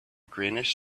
greenish